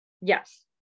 Yes